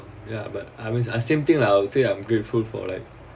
ya but I mean I same thing lah I would say I'm grateful for like